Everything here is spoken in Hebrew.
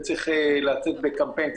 וצריך לצאת בקמפיין.